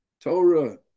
Torah